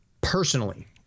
personally